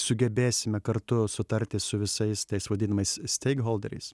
sugebėsime kartu sutarti su visais tais vadinamais steikholderiais